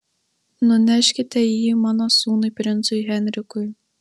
nuneškite jį mano sūnui princui henrikui